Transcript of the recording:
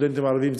סטודנטים ערבים,